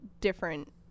different